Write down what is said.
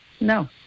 No